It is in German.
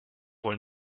wohl